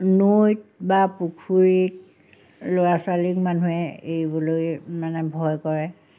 নৈত বা পুখুৰীত ল'ৰা ছোৱালীক মানুহে এৰিবলৈ মানে ভয় কৰে